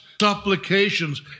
supplications